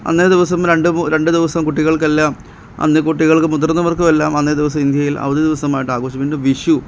അന്നേ ദിവസം രണ്ട് രണ്ട് ദിവസം കുട്ടികൾക്കെല്ലാം അന്ന് കുട്ടികൾക്കും മുതിർന്നവർക്കുവെല്ലാം അന്നേ ദിവസം ഇന്ത്യയിൽ അവധി ദിവസമായിട്ട് ആഘോഷിക്കുന്നു പിന്നെ വിഷു